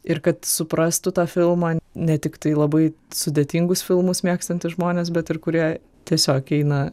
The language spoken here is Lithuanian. ir kad suprastų tą filmą ne tiktai labai sudėtingus filmus mėgstantys žmonės bet ir kurie tiesiog eina